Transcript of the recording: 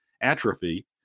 atrophy